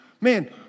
man